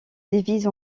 divise